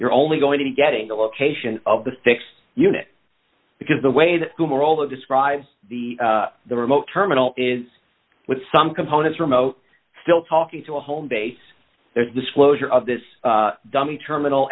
you're only going to be getting the location of the six unit because the way the two merola describe the the remote terminal is with some components remote still talking to a home base there's disclosure of this dummy terminal